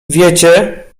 wiecie